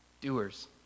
doers